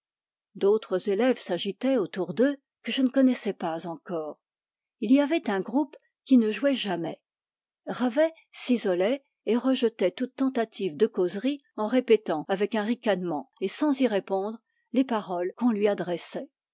d'autres élèves s'agitaient autour d'eux que je ne connaissais pas encore il y avait un groupe qui ne jouait jamais ravet s'isolait et rejetait toute tentative de causerie en répétant avec un ricanement et sans y répondre les paroles qu'on lui adressait